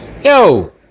Yo